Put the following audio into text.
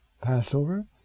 Passover